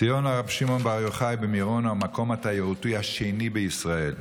ציון הרב שמעון בר יוחאי במירון הוא המקום התיירותי השני בישראל.